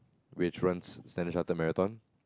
which runs Standard-Chartered Marathons